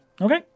okay